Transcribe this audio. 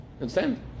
Understand